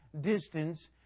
distance